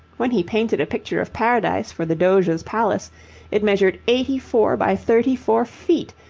when he painted a picture of paradise for the doge's palace it measured eighty four by thirty four feet,